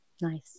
Nice